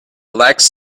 lacks